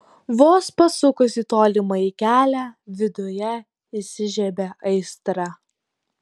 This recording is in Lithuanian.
vos pasukus į tolimąjį kelią viduje įsižiebia aistra